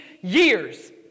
years